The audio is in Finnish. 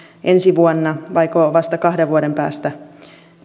ensi vuonna vaiko vasta kahden vuoden päästä